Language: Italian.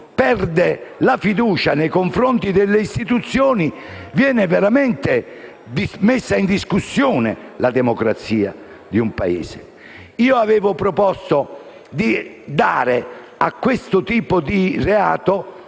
perde la fiducia nei confronti delle istituzioni